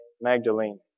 Magdalene